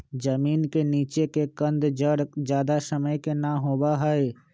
जमीन के नीचे के कंद जड़ ज्यादा समय के ना होबा हई